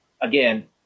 again